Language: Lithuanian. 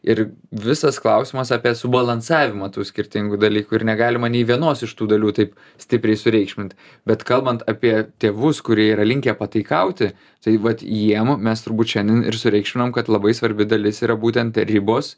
ir visas klausimas apie subalansavimą tų skirtingų dalykų ir negalima nei vienos iš tų dalių taip stipriai sureikšmint bet kalbant apie tėvus kurie yra linkę pataikauti tai vat jiem mes turbūt šiandien ir sureikšminom kad labai svarbi dalis yra būtent ribos